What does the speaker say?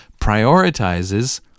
prioritizes